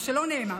מה שלא נאמר,